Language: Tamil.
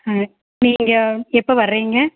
ம் நீங்கள் எப்போ வரிங்க